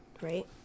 right